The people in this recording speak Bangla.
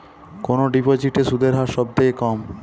কোন ডিপোজিটে সুদের হার সবথেকে কম?